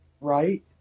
Right